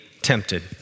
tempted